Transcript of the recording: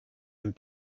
and